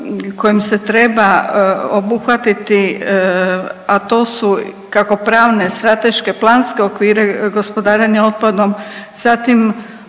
kojim se treba obuhvatiti, a to su kako pravne, strateške, planske okvire gospodarenja otpadom, zatim